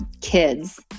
kids